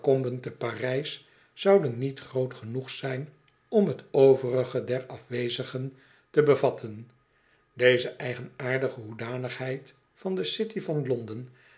parijs zouden niet groot genoeg zijn om t overige der afwezigen te bevatten deze eigenaardige hoedanigheid van de city van londen